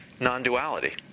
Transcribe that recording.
non-duality